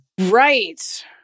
Right